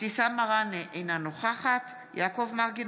אבתיסאם מראענה, אינה נוכחת יעקב מרגי,